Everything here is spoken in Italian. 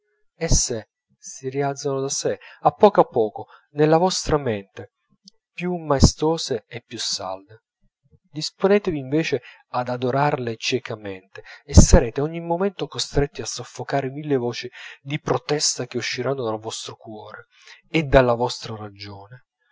ragionamento esse si rialzano da sè a poco a poco nella vostra mente più maestose e più salde disponetevi invece ad adorarle ciecamente e sarete ogni momento costretti a soffocare mille voci di protesta che usciranno dal vostro cuore e dalla vostra ragione